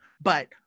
but-